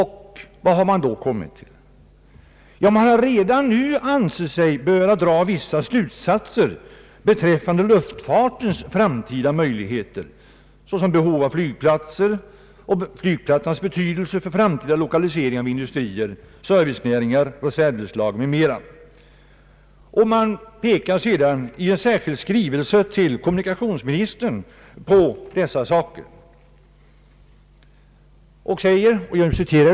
Vad har man då kommit till? Man anser sig redan nu böra dra vissa slutsatser beträffande luftfartens framtida möjligheter, behovet av flygplatser, flygplatsernas betydelse för den framtida lokaliseringen av industrier, servicenäringar, reservdelslager m.m. I en särskild skrivelse till kommunikationsministern hänvisar man till dessa saker.